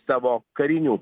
savo karinių